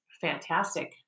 Fantastic